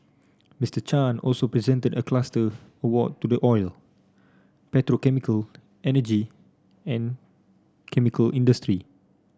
Mister Chan also presented a cluster award to the oil petrochemical energy and chemical industry